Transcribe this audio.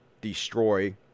destroy